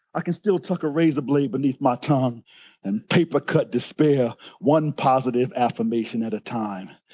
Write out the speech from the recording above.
i can still tuck a razor blade beneath my tongue and paper cut despair one positive affirmation at a time.